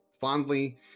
fondly